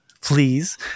please